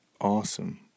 awesome